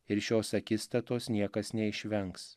ir šios akistatos niekas neišvengs